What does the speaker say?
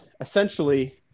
essentially